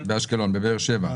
באשדוד, באשקלון, בבאר שבע.